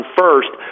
first